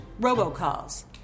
robocalls